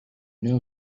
know